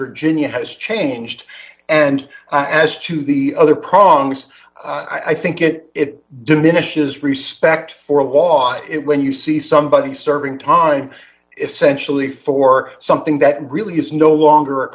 virginia has changed and as to the other problems i think it diminishes respect for law it when you see somebody serving time essentially for something that really is no longer a